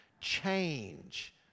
change